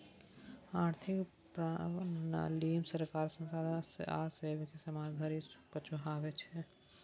आर्थिक प्रणालीमे सरकार संसाधन आ सेवाकेँ समाज धरि पहुंचाबै छै